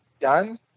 done